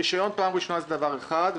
רישיון פעם ראשונה זה דבר אחד.